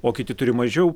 o kiti turi mažiau